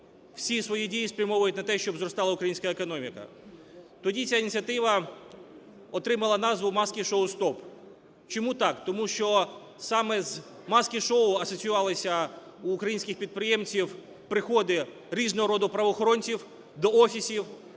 всі свої дії спрямовують на те, щоб зростала українська економіка. Тоді ця ініціатива отримала назву "Маски-шоу стоп". Чому так? Тому що саме з "Маски-шоу" асоціювалися у українських підприємців приходи різного роду правоохоронців до офісів,